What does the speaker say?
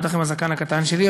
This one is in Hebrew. בטח עם הזקן הקטן שלי,